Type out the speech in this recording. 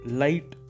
light